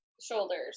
shoulders